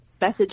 message